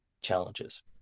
challenges